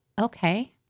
okay